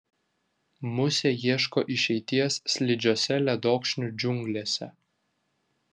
musė ieško išeities slidžiose ledokšnių džiunglėse